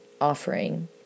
offering